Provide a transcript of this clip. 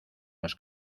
los